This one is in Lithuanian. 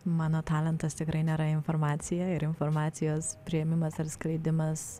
mano talentas tikrai nėra informacija ir informacijos priėmimas ar skleidimas